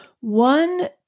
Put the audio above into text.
one